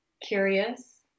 Curious